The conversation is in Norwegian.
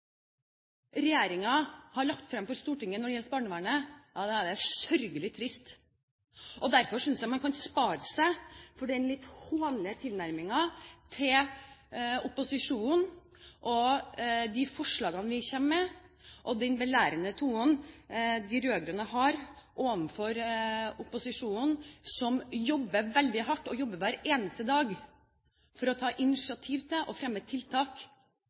har lagt frem for Stortinget når det gjelder barnevernet, er det sørgelig trist. Derfor synes jeg man kan spare seg den litt hånlige tilnærmingen til opposisjonen og de forslagene vi kommer med, og den belærende tonen de rød-grønne har overfor opposisjonen, som jobber veldig hardt, og som jobber hver eneste dag for å ta initiativ til å fremme tiltak